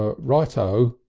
ah right o,